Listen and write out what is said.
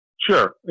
Sure